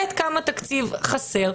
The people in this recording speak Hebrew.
וכמה תקציב חסר.